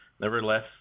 Nevertheless